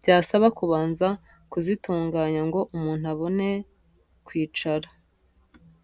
byasaba kubanza kuzitunganya ngo umuntu abone kwicara.